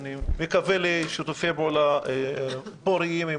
אני מקווה לשיתופי פעולה פוריים עם